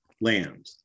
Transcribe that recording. land